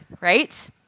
right